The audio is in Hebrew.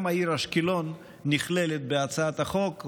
גם העיר אשקלון נכללת בהצעת החוק.